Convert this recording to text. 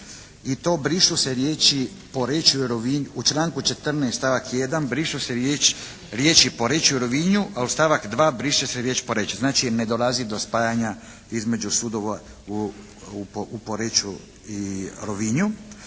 i to brišu se riječi: "Poreču i Rovinj" u članku 14. stavak 1. brišu se riječi: "Poreču i Rovinju", a u stavak 2. briše se riječ: "Poreč", znači ne dolazi do spajanja između sudova u Poreču i Rovinju.